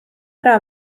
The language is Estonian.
ära